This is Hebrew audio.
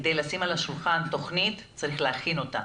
כדי לשים על השולחן תוכנית, צריך להכין אותה.